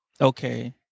Okay